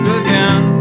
again